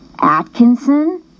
Atkinson